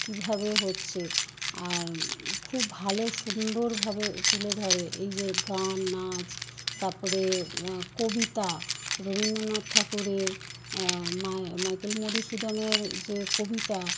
কীভাবে হচ্ছে আর খুব ভালো সুন্দরভাবে তুলে ধরে এই যে গান নাচ তাপরে কবিতা রবীন্দ্রনাথ ঠাকুরের মাইকেল মধুসূদনের যে কবিতা